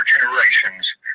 generations